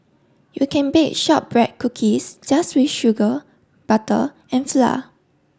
you can bake shortbread cookies just with sugar butter and flour